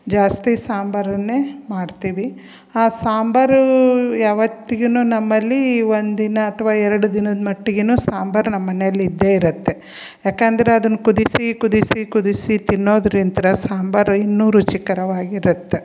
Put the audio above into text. ಜಾಸ್ತಿ ಸಾಂಬಾರನ್ನೇ ಮಾಡ್ತೀವಿ ಆ ಸಾಂಬಾರು ಯಾವತ್ತಿಗೂನು ನಮ್ಮಲ್ಲಿ ಒಂದಿನ ಅಥ್ವಾ ಎರಡು ದಿನದ ಮಟ್ಟಿಗೆನು ಸಾಂಬಾರು ನಮ್ಮ ಮನೇಲಿ ಇದ್ದೇ ಇರುತ್ತೆ ಯಾಕಂದರೆ ಅದನ್ನು ಕುದಿಸಿ ಕುದಿಸಿ ಕುದಿಸಿ ತಿನ್ನೋದ್ರಿಂತ ಸಾಂಬಾರು ಇನ್ನೂ ರುಚಿಕರವಾಗಿರುತ್ತೆ